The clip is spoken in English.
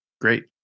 Great